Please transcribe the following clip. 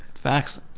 facts.